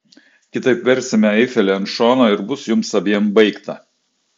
kitaip versime eifelį ant šono ir bus jums abiem baigta